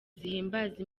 zihimbaza